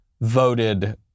voted